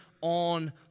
on